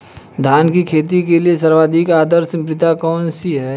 धान की खेती के लिए सर्वाधिक आदर्श मृदा कौन सी है?